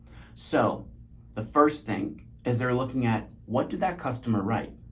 so the first thing is they're looking at what did that customer, right?